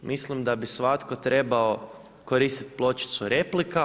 Mislim da bi svatko trebao koristiti pločicu replika.